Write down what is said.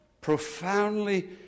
profoundly